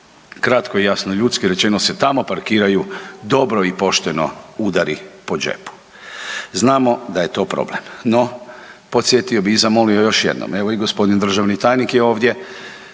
kratko i jasno ljudski rečeno se tamo parkiraju dobro i pošteno udari po džepu. Znamo da je to problem, no podsjetio bi i zamolio još jednom, evo i gospodin državni tajnik je ovdje,